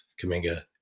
Kaminga